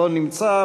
לא נמצא,